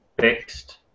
fixed